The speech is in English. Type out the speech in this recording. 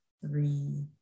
three